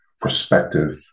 perspective